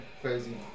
crazy